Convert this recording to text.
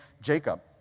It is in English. Jacob